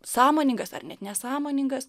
sąmoningas ar net nesąmoningas